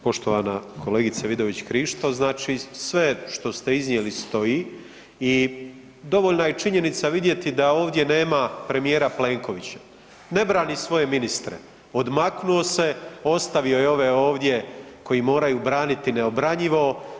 Poštovana kolegice Vidović Krišto znači sve što ste iznijeli stoji i dovoljna je činjenica vidjeti da ovdje nema premijera Plenkovića, ne brani svoje ministre, odmaknuo se ostavio je ove ovdje koji moraju braniti neobranjivo.